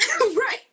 Right